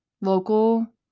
local